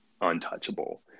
untouchable